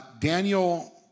Daniel